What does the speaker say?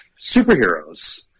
superheroes